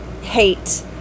hate